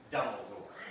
Dumbledore